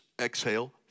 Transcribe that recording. Exhale